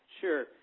Sure